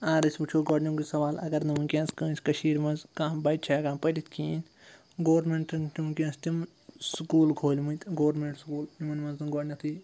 اگر أسۍ وٕچھو گۄڈٕنیُکُے سوال اگر نہٕ وٕنۍکٮ۪نَس کٲنٛسہِ کٔشیٖرِ منٛز کانٛہہ بَچہٕ چھِ ہٮ۪کان پٔرِتھ کِہیٖنۍ گورمٮ۪نٛٹَن چھِ وٕنۍکٮ۪نَس تِم سکوٗل کھوٗلۍمٕتۍ گورمٮ۪نٛٹ سکوٗل یِمَن منٛز نہٕ گۄڈٕنٮ۪تھٕے